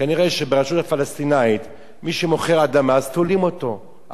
כנראה ברשות הפלסטינית מי שמוכר אדמה תולים אותו,